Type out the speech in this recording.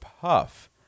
Puff